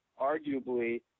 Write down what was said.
arguably